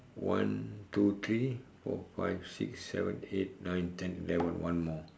one two three four fix six seven eight nine ten eleven one more